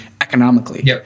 economically